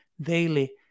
daily